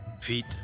feet